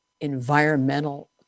environmental